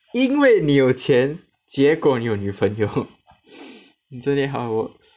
因为你有钱结果你有女朋友 isn't that how it works